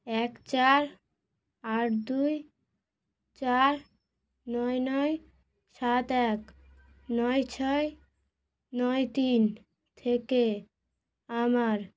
এক চার আট দুই চার নয় নয় সাত এক নয় ছয় নয় তিন থেকে আমার